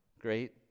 great